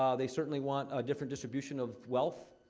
um they certainly want a different distribution of wealth,